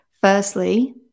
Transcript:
Firstly